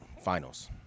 Finals